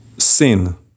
sin